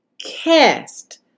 Cast